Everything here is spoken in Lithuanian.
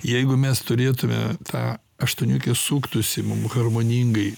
jeigu mes turėtume tą aštuoniukė suktųsi mum harmoningai